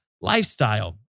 lifestyle